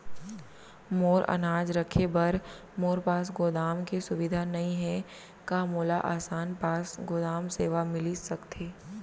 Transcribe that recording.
मोर अनाज रखे बर मोर पास गोदाम के सुविधा नई हे का मोला आसान पास गोदाम सेवा मिलिस सकथे?